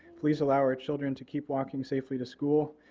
please allow our children to keep walking safely to school.